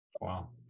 Wow